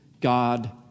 God